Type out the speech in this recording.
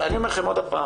אני אומר לכם שוב,